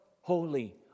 holy